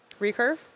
recurve